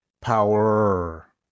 Power